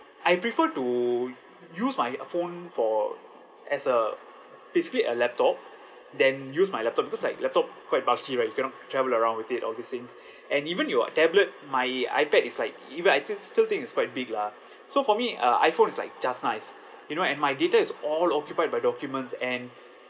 I prefer to use my phone for as a basically a laptop than use my laptop because like laptop quite bulky right you cannot travel around with it all these things and even your tablet my ipad is like even I thi~ still think it's quite big lah so for me uh iphone is like just nice you know and my data is all occupied by documents and